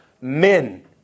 Men